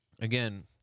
Again